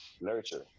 Nurture